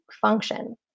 function